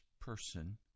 person